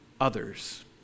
others